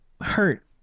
hurt